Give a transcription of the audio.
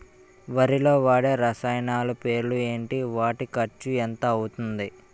వరిలో వాడే రసాయనాలు పేర్లు ఏంటి? వాటి ఖర్చు ఎంత అవతుంది?